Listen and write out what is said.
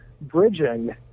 bridging